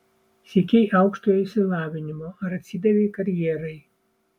siekei aukštojo išsilavinimo ar atsidavei karjerai